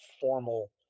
formal